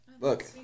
look